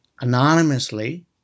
anonymously